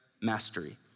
mastery